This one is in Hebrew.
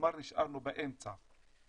כלומר נשארנו באמצע.